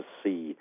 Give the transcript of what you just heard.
see